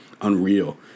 Unreal